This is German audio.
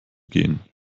gehen